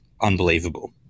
unbelievable